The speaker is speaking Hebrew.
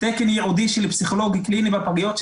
תקן ייעודי של פסיכולוג קליני בפגיות,